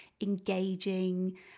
engaging